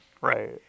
Right